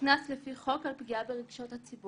קנס לפי חוק על פגיעה ברגשות הציבור.